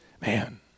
man